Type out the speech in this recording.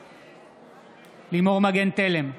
בעד לימור מגן תלם,